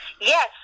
Yes